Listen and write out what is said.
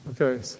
okay